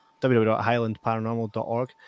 www.highlandparanormal.org